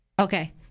Okay